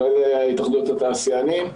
התאחדות התעשיינים.